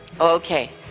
Okay